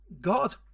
God